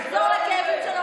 תחזור לכאבים,